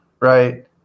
right